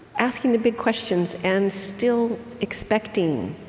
asking the big questions, and still expecting,